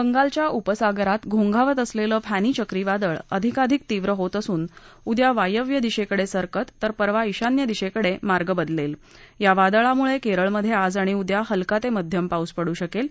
बंगालच्या उपसागरात घोंघावत असल्यीऍनी चक्रीवादळ अधिकाधिक तीव्र होत असून उद्या वायव्य दिशक्रिडसिरकत तर परवा ईशान्य दिशक्तिहील मार्ग बदलती या वादळामुळक्तिरळमधक्तिज आणि उद्या हलका तमिध्यम पाऊस पडू शक्ति